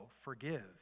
forgive